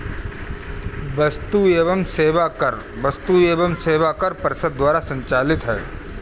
वस्तु एवं सेवा कर वस्तु एवं सेवा कर परिषद द्वारा संचालित है